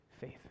faith